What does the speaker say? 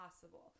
possible